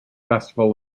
festival